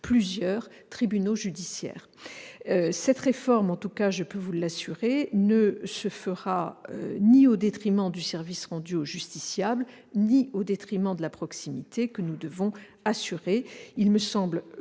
plusieurs tribunaux judiciaires. Cette réforme, je puis vous l'assurer, ne se fera ni au détriment du service rendu au justiciable ni au détriment de la proximité que nous devons assurer. Il me semble